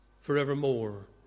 forevermore